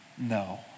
No